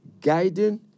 guiding